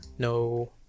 no